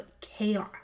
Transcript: chaos